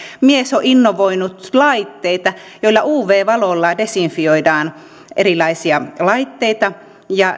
mies on innovoitunut laitteita joilla uv valolla desinfioidaan erilaisia laitteita ja